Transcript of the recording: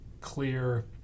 clear